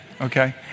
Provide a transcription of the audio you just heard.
Okay